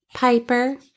Piper